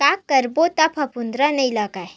का करबो त फफूंद नहीं लगय?